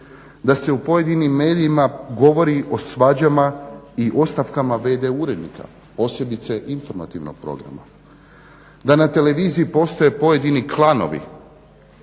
da se u pojedinim medijima govori o svađama i ostavkama vd urednika, posebice informativnog programa, da na televiziji postoje pojedini klanovi